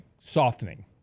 softening